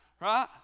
Right